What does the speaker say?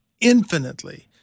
infinitely